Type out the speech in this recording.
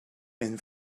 and